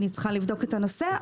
אני צריכה לבדוק את הנושא.